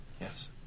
Yes